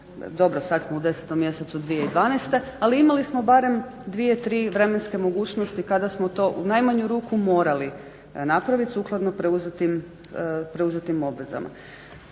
dobro sada smo u 10.mjesecu 2012.ali imali smo barem dvije, tri vremenske mogućnosti kada smo to u najmanju ruku morali napraviti sukladno preuzetim obvezama.